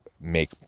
make